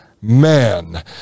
man